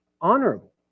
honorable